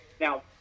now